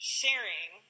sharing